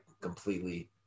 completely